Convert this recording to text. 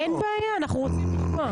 אין בעיה, אנחנו רוצים לשמוע.